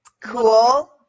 cool